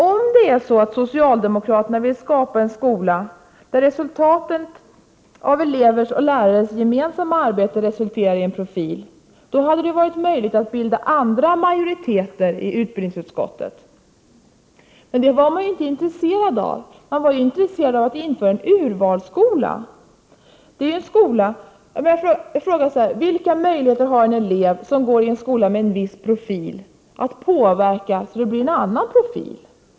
Om socialdemokraterna vill skapa en skola där elevers och lärares gemensamma arbete resulterar i en profil, så hade det varit möjligt att bilda andra majoriteter i utbildningsutskottet. Men det var man inte intresserad av. Man var intresserad av att införa en urvalsskola. Vilka möjligheter har en elev, som går i en skola med en viss profil, att påverka så att det blir en annan profil?